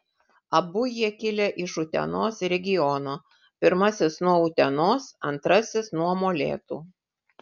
abu jie kilę iš utenos regiono pirmasis nuo utenos antrasis nuo molėtų